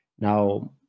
now